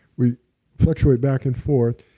we fluctuate back and forth.